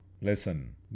Listen